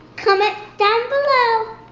comment down below.